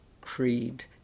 creed